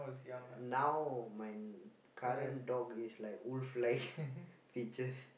uh now my current dog is like wolf like features